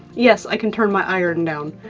yes, i can turn my iron down,